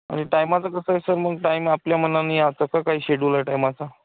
आणि टायमाचं कसं आहे सर मग टाईम आपल्या मनाने आता का काही शेडूल आहे टायमाचा